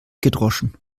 gedroschen